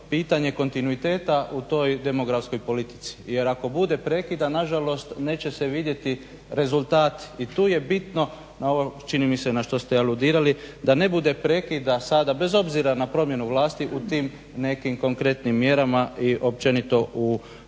pitanje kontinuiteta u toj demografskoj politici. Jer ako bude prekida nažalost neće se vidjeti rezultati. I tu je bitno, čini mi se na što ste aludirali, da ne bude prekida sada bez obzira na promjenu vlasti u tim nekim konkretnim mjerama i općenito u